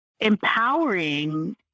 empowering